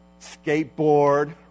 skateboard